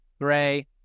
gray